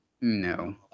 No